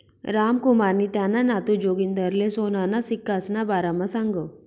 रामकुमारनी त्याना नातू जागिंदरले सोनाना सिक्कासना बारामा सांगं